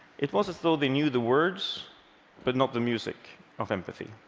it was as though they knew the words but not the music of empathy.